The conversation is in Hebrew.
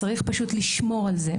צריך פשוט לשמור על זה.